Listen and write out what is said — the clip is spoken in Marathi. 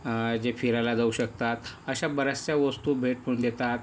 जे फिरायला जाऊ शकतात अशा बऱ्याचशा वस्तू भेट म्हणून देतात